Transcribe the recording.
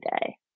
day